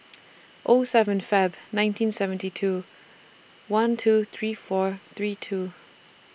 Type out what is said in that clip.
O seven Feb nineteen seventy two one two three four three two